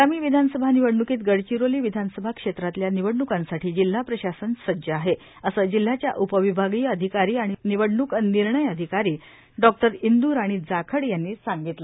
आगामी विधानसभा विवडणुकीत गडचिरोली विधानसभा क्षेत्रातल्या विवडणुकांसाठी जिल्हा प्रशासन सज्ज आहे असं जिल्ह्याच्या उपविभागीय अधिकारी आणि बिवडणूक विर्णय अधिकारी डॉक्टर इंदूराणी जाखड यांनी सांगितलं